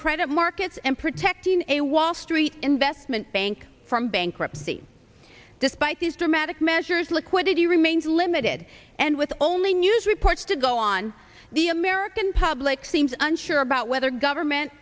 credit markets and protecting a wall street investment bank from bankruptcy despite these dramatic measures liquidity remains limited and with only news reports to go on the american public seems unsure about whether government